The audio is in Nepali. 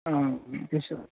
अँ त्यसो